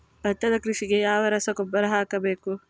ಭತ್ತದ ಕೃಷಿಗೆ ಯಾವ ರಸಗೊಬ್ಬರ ಹಾಕಬೇಕು?